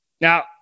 Now